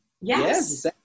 Yes